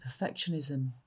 perfectionism